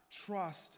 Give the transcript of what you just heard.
trust